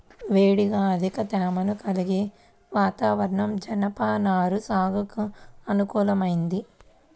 వేడిగా అధిక తేమను కలిగిన వాతావరణం జనపనార సాగుకు అనుకూలమైంది